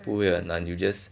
不会很难